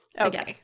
Okay